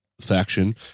faction